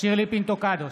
שירלי פינטו קדוש,